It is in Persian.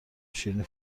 شیرینی